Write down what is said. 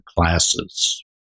classes